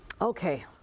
Okay